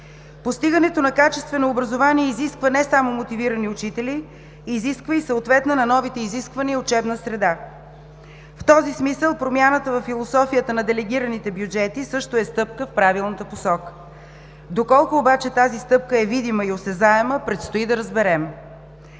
Постигането на качествено образование изисква не само мотивирани учители, изисква и съответна на новите изисквания учебна среда. В този смисъл промяната във философията на делегираните бюджети също е стъпка в правилната посока, доколко обаче тази стъпка е видима и осезаема, предстои да разберем.